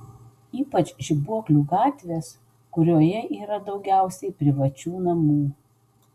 ypač žibuoklių gatvės kurioje yra daugiausiai privačių namų